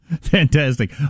fantastic